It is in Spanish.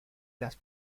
las